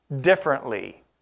differently